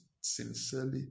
Sincerely